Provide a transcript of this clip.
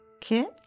Kit